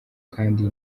kandi